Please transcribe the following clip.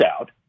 out